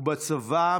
ובצבא,